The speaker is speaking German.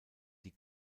die